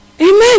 Amen